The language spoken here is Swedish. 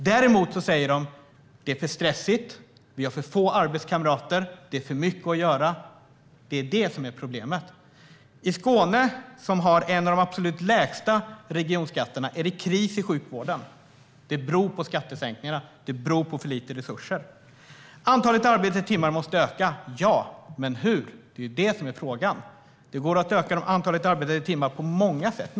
Däremot säger de att det är för stressigt, att de har för få arbetskamrater och det är för mycket att göra. Det är detta som är problemet. I Skåne, som har en av de absolut lägsta regionskatterna, är det kris i sjukvården. Det beror på skattesänkningarna; det beror på för lite resurser. Antalet arbetade timmar måste öka, ja, men frågan är hur. Det går att öka antalet arbetade timmar på många sätt.